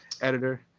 editor